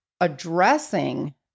addressing